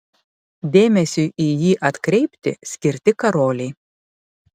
dėmesiui į jį atkreipti skirti karoliai